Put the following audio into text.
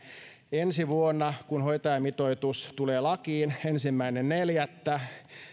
ensi vuonna kun hoitajamitoitus tulee lakiin ensimmäinen neljättä